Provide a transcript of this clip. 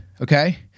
Okay